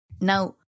Now